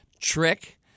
trick